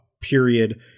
period